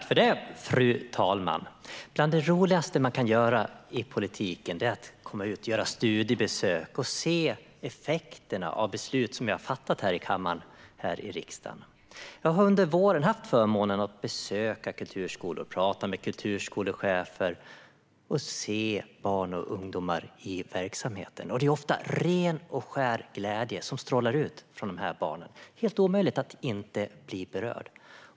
Fru talman! Bland det roligaste man kan göra i politiken är att komma ut på studiebesök och se effekterna av de beslut som vi har fattat här i riksdagens kammare. Jag har under våren haft förmånen att besöka kulturskolor och prata med kulturskolechefer och se barn och ungdomar i verksamheten. Det är ofta ren och skär glädje som strålar ut från dessa barn. Det är helt omöjligt att inte bli berörd.